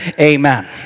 Amen